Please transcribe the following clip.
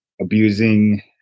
abusing